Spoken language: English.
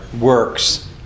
works